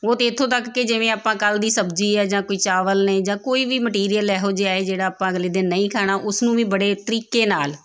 ਉਹ ਤਾਂ ਇੱਥੋਂ ਤੱਕ ਕਿ ਜਿਵੇਂ ਆਪਾਂ ਕੱਲ੍ਹ ਦੀ ਸਬਜ਼ੀ ਹੈ ਜਾਂ ਕੋਈ ਚਾਵਲ ਨੇ ਜਾਂ ਕੋਈ ਵੀ ਮਟੀਰੀਅਲ ਇਹੋ ਜਿਹਾ ਹੈ ਜਿਹੜਾ ਆਪਾਂ ਅਗਲੇ ਦਿਨ ਨਹੀਂ ਖਾਣਾ ਉਸ ਨੂੰ ਵੀ ਬੜੇ ਤਰੀਕੇ ਨਾਲ